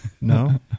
No